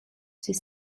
ses